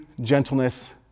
gentleness